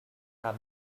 have